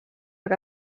que